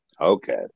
okay